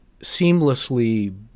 seamlessly